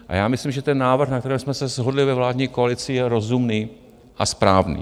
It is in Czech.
A já myslím, že ten návrh, na kterém jsme se shodli ve vládní koalici, je rozumný a správný.